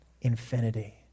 Infinity